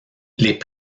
les